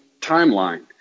timeline